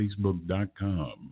facebook.com